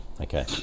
Okay